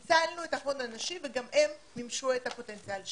ניצלנו את ההון האנושי וגם הם מימשו את הפוטנציאל שלהם.